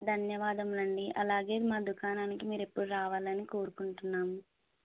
ధన్యవాదములు అండి అలాగే మా దుకాణానికి మీరు ఎప్పుడు రావాలని కోరుకుంటున్నాము